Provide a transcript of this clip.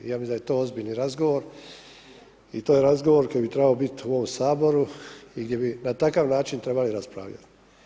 Ja mislim da je to ozbiljni razgovor i to razgovor koji bi trebao biti u ovom Saboru i gdje bi na takav način trebala raspravljati.